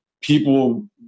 people